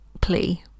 plea